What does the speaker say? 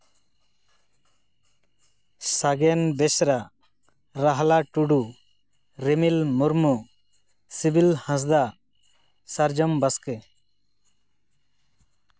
ᱥᱟᱜᱮᱱ ᱵᱮᱥᱨᱟ ᱨᱟᱦᱞᱟ ᱴᱩᱰᱩ ᱨᱤᱢᱤᱞ ᱢᱩᱨᱢᱩ ᱥᱤᱵᱤᱞ ᱦᱟᱸᱥᱫᱟ ᱥᱟᱨᱡᱚᱢ ᱵᱟᱥᱠᱮ